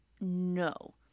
No